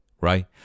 right